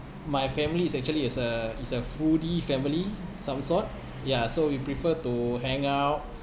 my family is actually is a is a foodie family some sort ya so we prefer to hang out